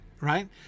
right